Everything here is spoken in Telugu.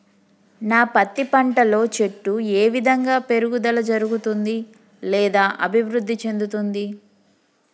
నా పత్తి పంట లో చెట్టు ఏ విధంగా పెరుగుదల జరుగుతుంది లేదా అభివృద్ధి చెందుతుంది?